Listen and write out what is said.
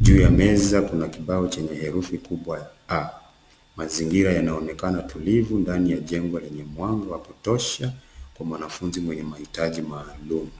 juu ya meza kuna kibao chenye herufi kubwa ya A, mazingira yanaonekana tulivu ndani ya jengo lenye mwanga wa kutosha kwa mwanafunzi mwenye mahitaji maalum.